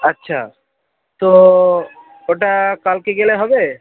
আচ্ছা তো ওটা কালকে গেলে হবে